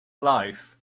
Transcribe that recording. life